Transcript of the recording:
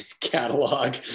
catalog